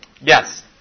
Yes